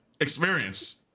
experience